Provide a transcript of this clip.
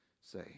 say